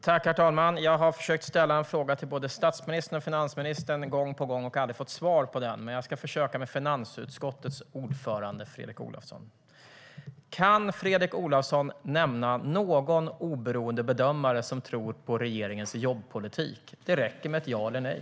Herr talman! Jag har gång på gång försökt att ställa en fråga till både statsministern och finansministern, men jag har aldrig fått svar på den. Nu försöker jag med finansutskottets ordförande, Fredrik Olovsson. Kan Fredrik Olovsson nämna någon oberoende bedömare som tror på regeringens jobbpolitik? Det räcker med ett ja eller nej.